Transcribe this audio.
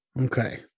okay